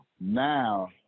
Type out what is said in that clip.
Now